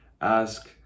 ask